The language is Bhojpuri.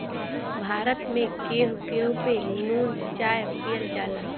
भारत में केहू केहू पे नून चाय पियल जाला